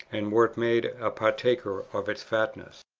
and wert made a partaker of its fatness.